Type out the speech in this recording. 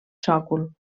sòcol